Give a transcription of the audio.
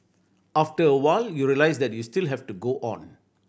after a while you realise that you still have to go on